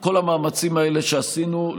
כל המאמצים האלה שעשינו,